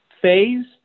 phase